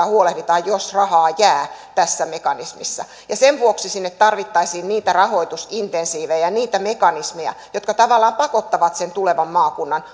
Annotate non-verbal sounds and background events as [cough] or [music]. [unintelligible] huolehditaan jos rahaa jää tässä mekanismissa sen vuoksi sinne tarvittaisiin niitä rahoitusinsentiivejä niitä mekanismeja jotka tavallaan pakottavat sen tulevan maakunnan [unintelligible]